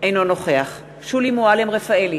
אינו נוכח שולי מועלם-רפאלי,